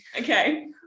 Okay